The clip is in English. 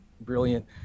brilliant